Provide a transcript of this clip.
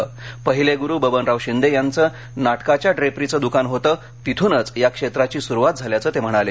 पहिले गुरु बबनराव शिंदे यांचे नाटकाच्या ड्रेपरीचे दुकान होते तिथूनच या क्षेत्राची सुरुवात झाल्याचं ते म्हणाले